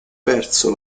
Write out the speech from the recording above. perso